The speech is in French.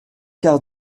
quart